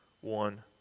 one